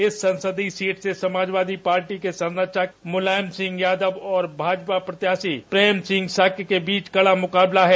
इस संसदीय सीट से समाजवादी पार्टी के संरक्षक मुलायम सिंह यादव और भाजपा प्रत्याशी प्रेम सिंह शाक्य के बीच कड़ा मुकाबला है